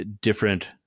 different